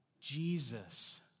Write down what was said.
Jesus